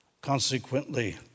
Consequently